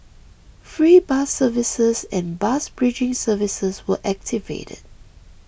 free bus services and bus bridging services were activated